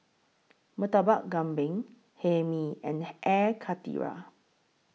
Murtabak Kambing Hae Mee and Air Karthira